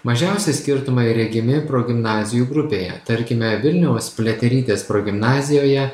mažiausi skirtumai regimi progimnazijų grupėje tarkime vilniaus pliaterytės progimnazijoje